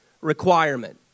requirement